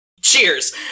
Cheers